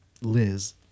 liz